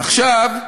עכשיו,